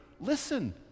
listen